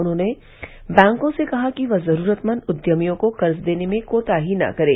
उन्होंने बैंकों से कहा कि वह जरूरतमंद उद्यमियों को कर्ज देने में कोताही न करे